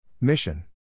Mission